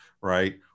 right